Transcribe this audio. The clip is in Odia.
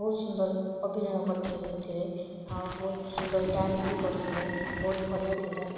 ବହୁତ ସୁନ୍ଦର ଅଭିନୟ କରିଥିଲେ ସେଥିରେ ଆଉ ବହୁତ ସୁନ୍ଦର ଡ୍ୟାନ୍ସ ବି କରିଥିଲେ ବହୁତ ଭଲ ଥିଲା